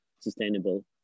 sustainable